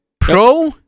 Pro